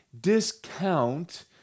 discount